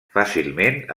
fàcilment